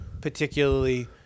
particularly